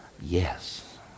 yes